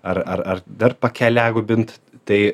ar ar ar dar pakeliagubint tai